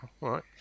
right